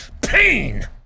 Pain